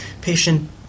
patient